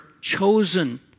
chosen